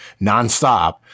nonstop